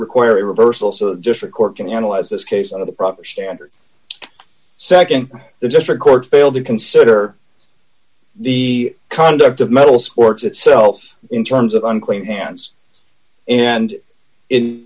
require a reversal so the district court can analyze this case on the proper standard nd the district court failed to consider the conduct of mental sports itself in terms of unclean hands and in